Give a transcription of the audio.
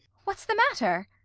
what s the matter?